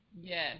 yes